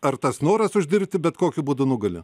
ar tas noras uždirbti bet kokiu būdu nugali